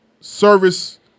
service